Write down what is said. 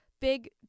big